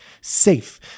safe